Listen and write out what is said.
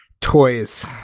toys